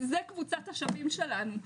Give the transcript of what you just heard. זו קבוצת השווים שלנו.